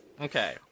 Okay